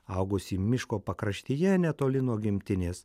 augusį miško pakraštyje netoli nuo gimtinės